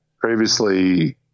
previously –